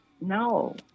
No